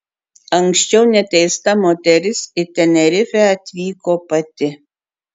anksčiau neteista moteris į tenerifę atvyko pati